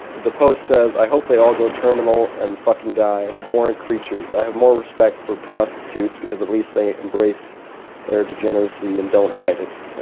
the post says, i hope they all go terminal and f and die abhorrent creatures. i have more respect for prostitutes because at least they embrace their degeneracy and don't hide it.